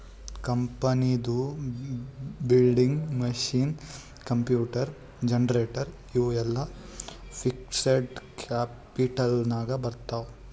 ಕಂಪನಿದು building, machine, computer, generator ಇವು ಎಲ್ಲಾ ಫಿಕ್ಸಡ್ ಕ್ಯಾಪಿಟಲ್ ನಾಗ್ ಬರ್ತಾವ್